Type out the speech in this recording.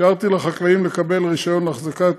אפשרתי לחקלאים לקבל רישיון להחזקת